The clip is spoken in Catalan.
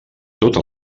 tota